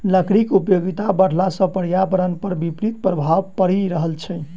लकड़ीक उपयोगिता बढ़ला सॅ पर्यावरण पर विपरीत प्रभाव पड़ि रहल छै